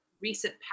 recent